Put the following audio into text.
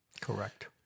Correct